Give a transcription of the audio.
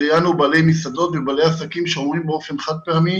ראיינו בעלי מסעדות ובעלי עסקים שאומרים באופן חד-פעמי